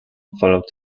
followed